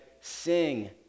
Sing